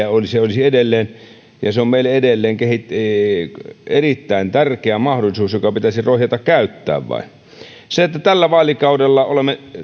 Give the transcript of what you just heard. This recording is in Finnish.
ja hoidetaan muuten edelleen se on meille edelleen erittäin tärkeä mahdollisuus joka pitäisi vain rohjeta käyttää se että tällä vaalikaudella olemme